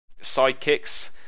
sidekicks